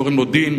קוראים לו דין,